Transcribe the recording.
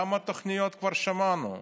כמה תוכניות כבר שמענו?